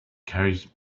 carries